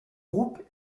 groupe